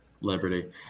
Liberty